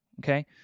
Okay